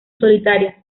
solitarias